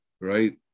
right